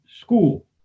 school